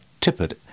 Tippett